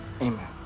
Amen